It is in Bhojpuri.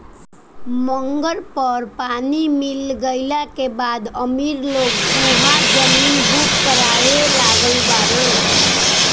मंगल पर पानी मिल गईला के बाद अमीर लोग उहा जमीन बुक करावे लागल बाड़े